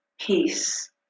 peace